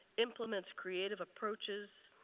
implements creative approaches,